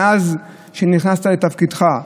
מאז שנכנסת לתפקידך?